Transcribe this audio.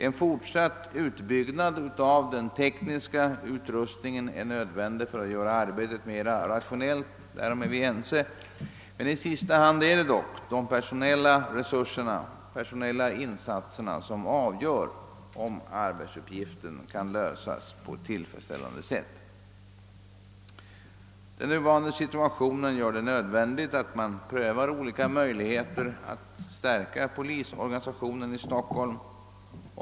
En fortsatt utbyggnad av den tekniska utrustningen är nödvändig för att göra arbetet mera rationellt — därom är vi ense. I sista hand är det dock de personella insatserna, som avgör om arbetsuppgiften kan lösas på ett tillfredsställande sätt. Den rådande situationen gör det nödvändigt, att man prövar alla möjligheter att förstärka polisorganisationen i Stockholm.